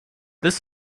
this